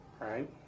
right